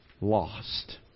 lost